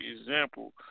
example